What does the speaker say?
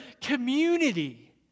community